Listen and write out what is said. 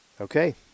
Okay